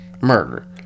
murder